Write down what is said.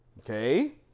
Okay